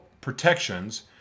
protections